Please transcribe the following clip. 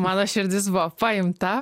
mano širdis buvo paimta